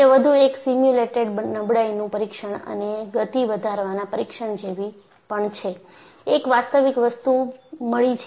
તે વધુ એક સિમ્યુલેટેડ નબળાઈનું પરીક્ષણ અને ગતિ વધારવાના પરીક્ષણ જેવી પણ છે એક વાસ્તવિક વસ્તુ મળી છે